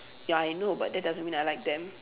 ya I know but that doesn't mean I like them